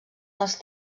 els